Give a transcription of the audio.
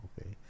okay